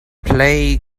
play